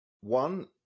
One